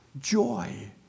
joy